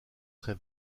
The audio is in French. très